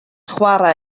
chwarae